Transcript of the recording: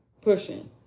pushing